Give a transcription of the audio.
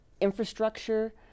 infrastructure